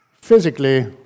physically